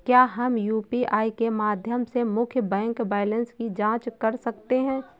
क्या हम यू.पी.आई के माध्यम से मुख्य बैंक बैलेंस की जाँच कर सकते हैं?